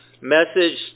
message